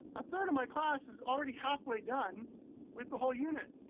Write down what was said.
a third of my class is already halfway done with the whole unit.